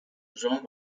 jean